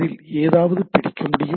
அதில் ஏதாவது பிடிக்க முடியும்